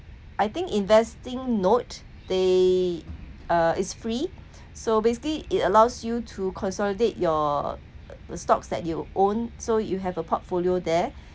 I think investing note they uh is free so basically it allows you to consolidate your stocks that you own so you have a portfolio there